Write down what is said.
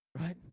Right